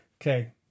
Okay